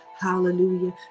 hallelujah